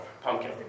pumpkin